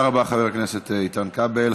תודה רבה, חבר הכנסת איתן כבל.